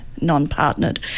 non-partnered